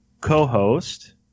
co-host